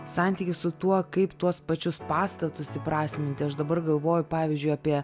santykis su tuo kaip tuos pačius pastatus įprasminti aš dabar galvoju pavyzdžiui apie